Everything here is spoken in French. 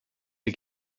les